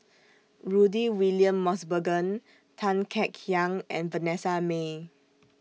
Rudy William Mosbergen Tan Kek Hiang and Vanessa Mae